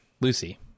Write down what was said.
Lucy